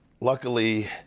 luckily